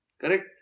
Correct